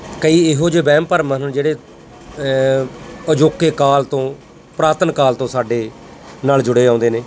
ਕਈ ਇਹੋ ਜਿਹੇ ਵਹਿਮ ਭਰਮ ਹਨ ਜਿਹੜੇ ਅਜੋਕੇ ਕਾਲ ਤੋਂ ਪੁਰਾਤਨ ਕਾਲ ਤੋਂ ਸਾਡੇ ਨਾਲ ਜੁੜੇ ਆਉਂਦੇ ਨੇ